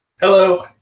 Hello